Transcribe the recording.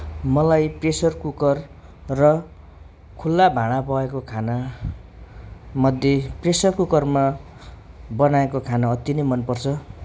मलाई pressure cooker र खुल्ला भाँडा पकाएको खानामध्ये प्रेसर कुकरमा बनाएको खाना अत्ति नै मनपर्छ